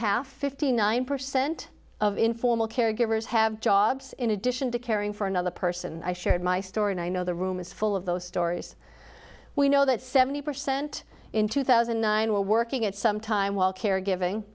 half fifty nine percent of informal caregivers have jobs in addition to caring for another person i shared my story and i know the room is full of those stories we know that seventy percent in two thousand and nine were working at some time while caregiving